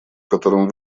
которым